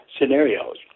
scenarios